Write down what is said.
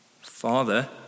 Father